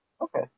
Okay